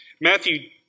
Matthew